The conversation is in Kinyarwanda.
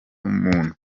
muntu